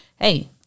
Hey